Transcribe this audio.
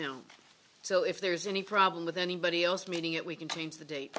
so if there is any problem with anybody else meeting it we can change the date